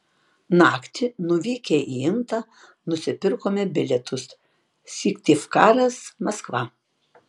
naktį nuvykę į intą nusipirkome bilietus syktyvkaras maskva